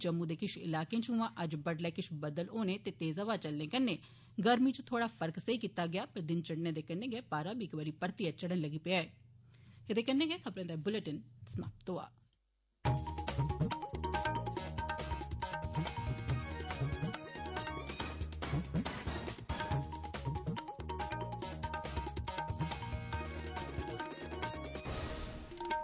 जम्मू दे किश इलाके च उआं अज्ज बड्डलै किश बद्दल होने ते तेज हवा चलने कन्नै गर्मी च थोड़ा फर्क सेई कीता गेया पर दिन चढ़ने दे कन्नै गै पारा बी इक बारी परितयै चढ़न लग्गी पेया ऐ